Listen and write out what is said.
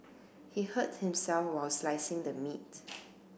he hurt himself while slicing the meat